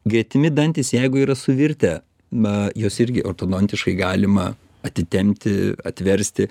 gretimi dantys jeigu yra suvirtę na juos irgi ortodontiškai galima atitempti atversti